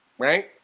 right